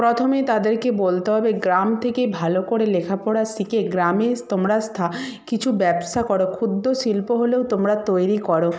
প্রথমে তাদেরকে বলতে হবে গ্রাম থেকে ভালো করে লেখাপড়া শিখে গ্রামে তোমারা স্থা কিছু ব্যবসা কর ক্ষুদ্র শিল্প হলেও তোমরা তৈরি কর